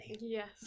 Yes